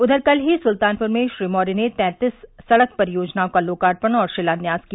उधर कल ही सुल्तानपुर में श्री मौर्य ने तैंतीस सड़क परियोजनाओं का लोकार्पण और शिलान्यास किया